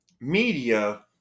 media